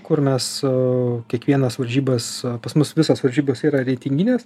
kur mes kiekvienas varžybas o pas mus visos varžybos yra reitinginės